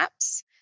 apps